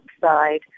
side